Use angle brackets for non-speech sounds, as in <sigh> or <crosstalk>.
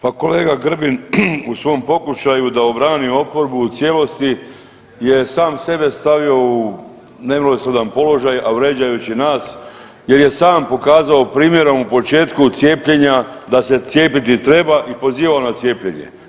Pa kolega Grbin u svom pokušaju da obrani oporbu u cijelosti je sam sebe stavio u ... <unintelligible> položaj, a vrijeđajući nas, jer je sam pokazao primjerom u početku cijepljenja da se cijepiti treba i pozivao na cijepljenje.